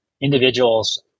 individuals